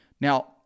Now